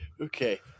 Okay